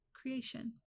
creation